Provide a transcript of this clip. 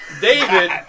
David